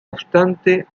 obstante